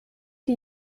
die